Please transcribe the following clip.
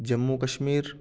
Jammu Kashmir